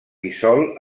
dissol